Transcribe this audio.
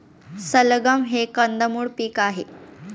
सलगम हे कंदमुळ पीक आहे